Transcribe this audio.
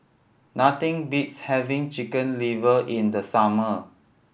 nothing beats having Chicken Liver in the summer